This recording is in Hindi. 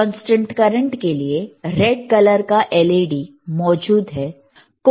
कांस्टेंट करंट के लिए रेड कलर का LED मौजूद होता है